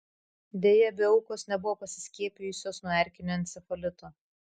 deja abi aukos nebuvo pasiskiepijusios nuo erkinio encefalito